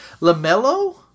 LaMelo